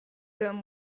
them